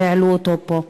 שהעלו אותו פה.